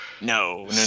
no